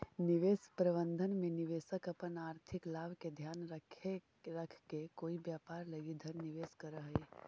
निवेश प्रबंधन में निवेशक अपन आर्थिक लाभ के ध्यान रखके कोई व्यापार लगी धन निवेश करऽ हइ